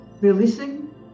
releasing